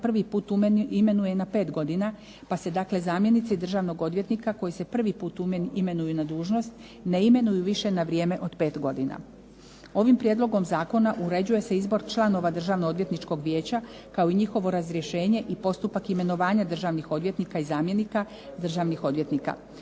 prvi puta imenuje na 5 godina pa se zamjenici državnog odvjetnika koji se prvi puta imenuju na dužnost ne imenuju više na vrijeme od 5 godina. Ovim prijedlogom zakona uređuje se izbor članova Državno-odvjetničkog vijeća kao i njihovo razrješenje i postupak imenovanja državnih odvjetnika i zamjenika državnih odvjetnika.